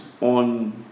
on